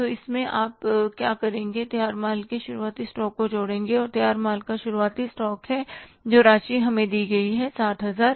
तो इसमें आप क्या करेंगे तैयार माल के शुरुआती स्टॉक को जोड़ेंगे और तैयार माल का शुरुआती स्टॉक है जो राशि हमें दी गई है 60000